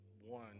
one